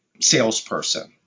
salesperson